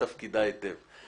את לא היית פה, אני מצטער.